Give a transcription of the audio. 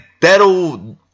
that'll